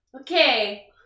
Okay